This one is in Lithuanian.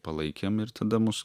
palaikėm ir tada mus